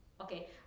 okay